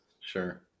sure